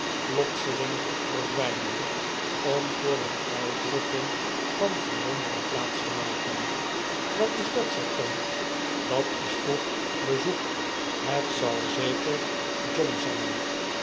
plotseling verdwijnen om voor een uitdrukking van verwondering plaats te maken wat is dat zei tom dat is vroeg bezoek het zal zeker john zijn